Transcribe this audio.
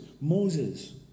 Moses